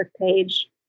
page